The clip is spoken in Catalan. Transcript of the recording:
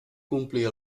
complir